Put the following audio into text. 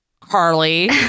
carly